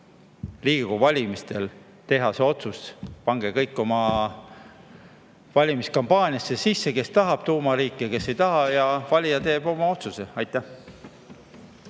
Riigikogu valimistel on aeg teha see otsus. Pange kõik oma valimiskampaaniasse sisse, kes tahab tuumariiki, kes ei taha, ja valija teeb oma otsuse. Aitäh!